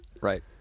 Right